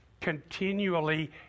continually